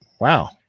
Wow